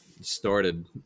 started